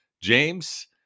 James